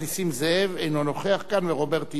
ורוברט אילטוב ואריה אלדד.